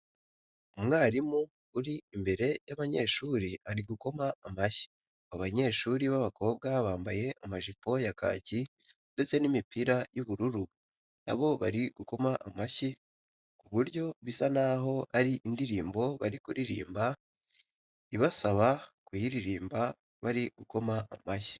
Umwarimu uri imbere y'abanyeshuri ari gukoma amashyi, abo banyeshuri b'abakobwa bambaye amajipo ya kaki ndetse n'imipira y'ubururu na bo bari gukoma amashyi ku buryo bisa n'aho ari indirimbo bari kuririmba ibasaba kuryiririmba bari gukoma amashyi